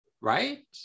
right